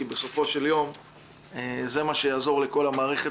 כי בסופו של יום זה מה שיעזור לכל המערכת